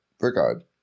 regard